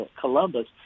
Columbus